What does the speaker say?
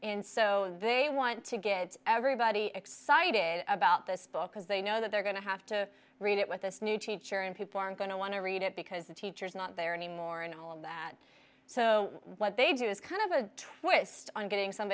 and so they want to get everybody excited about this book because they know that they're going to have to read it with this new teacher and people aren't going to want to read it because the teacher is not there anymore and all of that so what they do is kind of a twist on getting some